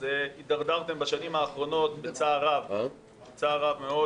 אז בצער רב מאוד,